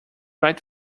right